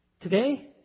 Today